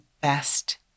best